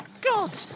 God